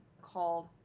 called